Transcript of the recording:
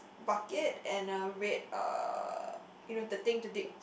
bucket and a red uh you know the thing to dig